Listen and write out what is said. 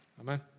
Amen